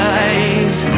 eyes